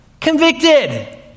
convicted